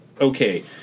okay